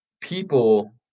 people